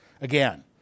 Again